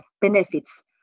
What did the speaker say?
benefits